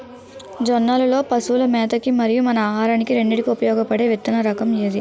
జొన్నలు లో పశువుల మేత కి మరియు మన ఆహారానికి రెండింటికి ఉపయోగపడే విత్తన రకం ఏది?